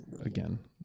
again